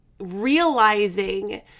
realizing